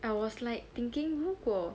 I was like thinking 如果